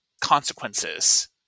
consequences